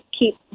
keep